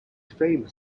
famous